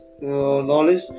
knowledge